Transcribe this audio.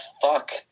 fuck